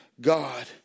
God